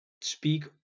speak